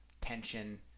tension